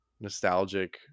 nostalgic